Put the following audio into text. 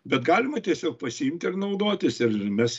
bet galima tiesiog pasiimti ir naudotis ir mes